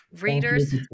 Readers